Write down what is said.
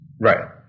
Right